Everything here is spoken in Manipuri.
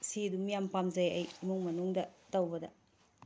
ꯁꯤ ꯑꯗꯨꯝ ꯌꯥꯝ ꯄꯥꯝꯖꯩ ꯑꯩ ꯏꯃꯨꯡ ꯃꯅꯨꯡꯗ ꯇꯧꯕꯗ